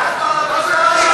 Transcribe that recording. את פרלמנטרית?